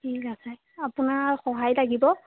ঠিক আছে আপোনাৰ সহায় লাগিব